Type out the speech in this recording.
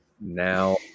Now